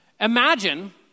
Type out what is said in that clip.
Imagine